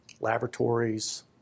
laboratories